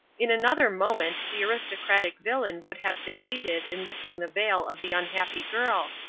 in another moment the aristocratic villain would have succeeded in lifting the veil of the unhappy girl,